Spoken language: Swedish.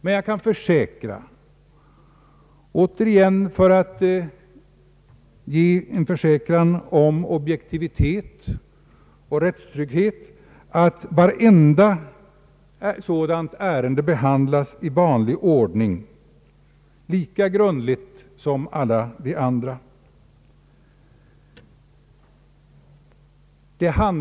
Men jag kan försäkra — det är återigen en försäkran om objektivitet och rättstrygghet — att vartenda sådant ärende behandlas i vanlig ordning, lika grundligt som alla andra.